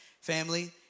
Family